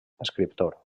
escriptor